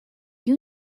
you